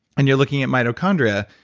and you're looking at mitochondria.